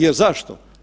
Jer zašto?